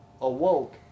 awoke